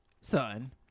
son